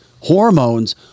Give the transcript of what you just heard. hormones